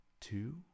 two